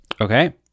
Okay